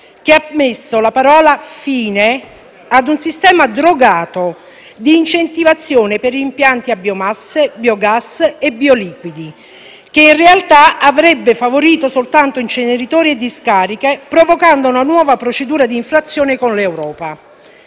che ha messo la parola «fine» ad un sistema drogato di incentivazione per gli impianti a biomasse, biogas e bioliquidi, che in realtà avrebbe favorito soltanto inceneritori e discariche provocando una nuova procedura di infrazione con l'Europa.